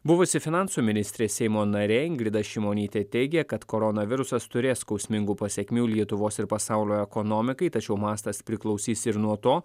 buvusi finansų ministrė seimo narė ingrida šimonytė teigė kad koronavirusas turės skausmingų pasekmių lietuvos ir pasaulio ekonomikai tačiau mastas priklausys ir nuo to